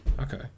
Okay